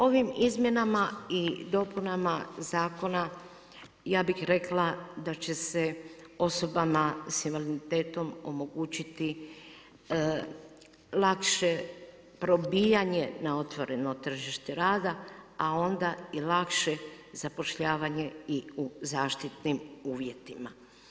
Ovim izmjenama i dopunama zakona ja bih rekla da će se osobama s invaliditetom omogućiti lakše probijanje na otvoreno tržište rada, a onda i lakše zapošljavanje i u zaštitnim uvjetima.